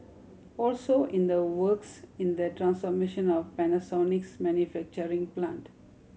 also in the works in the transformation of Panasonic's manufacturing plant